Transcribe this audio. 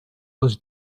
was